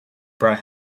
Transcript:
brought